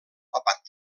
papat